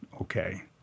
okay